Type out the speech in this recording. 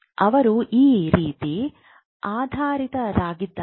ಅವರು ಈ ರೀತಿ ಆಧಾರಿತರಾಗಿದ್ದಾರೆ